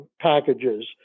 packages